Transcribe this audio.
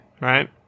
Right